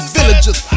Villagers